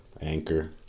Anchor